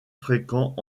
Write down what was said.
fréquents